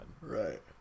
Right